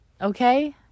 okay